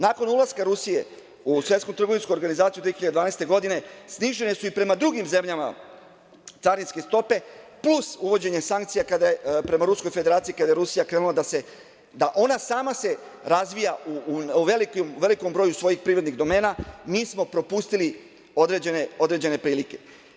Nakon ulaska Rusije u Svetsku trgovinsku organizaciju 2012. godine, snižene su i prema drugim zemljama carinske stope, plus uvođenje sankcija prema Ruskoj Federaciji, kada je Rusija krenula da se sama razvija u velikom broju svojih privrednih domena, mi smo propustili određene prilike.